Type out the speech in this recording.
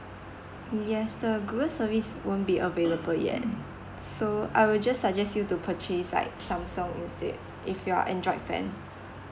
yes the google service won't be available yet so I will just suggest you to purchase like samsung with it if you're andriod fan